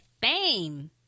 Fame